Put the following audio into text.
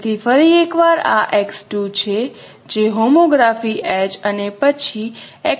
તેથી ફરી એકવાર આ x2 છે જે હોમોગ્રાફી H અને પછી x' દ્વારા મેપ કરેલું છે